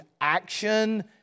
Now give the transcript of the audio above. action